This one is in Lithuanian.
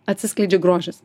atsiskleidžia grožis